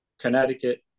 Connecticut